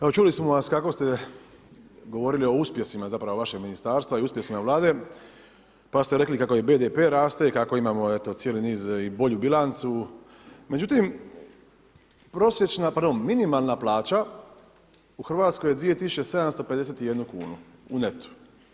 Evo čuli smo vas kako ste govorili o uspjesima zapravo vašeg ministarstva i uspjesima Vlade pa ste rekli kako i BDP raste i kako imamo cijeli niz i bolju bilancu, međutim prosječna, zapravo minimalna plaća u Hrvatskoj je 2751 kunu u netu.